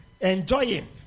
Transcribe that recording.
enjoying